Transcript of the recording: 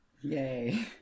yay